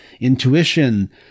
intuition